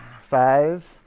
five